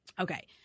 Okay